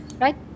right